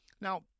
now